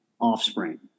Offspring